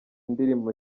indirimbo